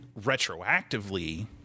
retroactively